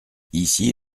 ici